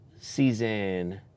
season